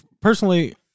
Personally